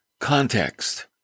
context